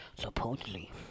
supposedly